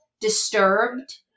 disturbed